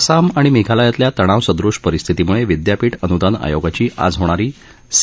आसाम आणि मेघालयातल्या तणावसदृश परिस्थितीमुळे विद्यापीठ अनृदान आयोगाची आज होणारी सी